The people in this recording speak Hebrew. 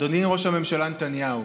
אדוני ראש הממשלה נתניהו,